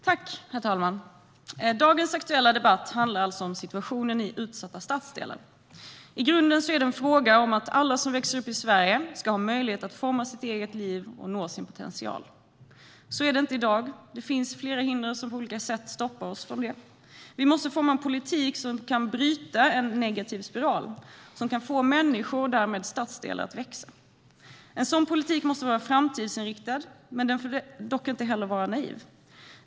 Herr talman! Dagens aktuella debatt handlar om situationen i utsatta stadsdelar. I grunden är det en fråga om att alla som växer upp i Sverige ska ha möjlighet att forma sitt eget liv och nå sin potential. Så är det inte i dag. Det finns flera hinder som på olika sätt stoppar oss från det. Vi måste forma en politik som kan bryta en negativ spiral, som kan få människor och därmed stadsdelar att växa. En sådan politik måste vara framtidsinriktad. Den får dock inte vara naiv.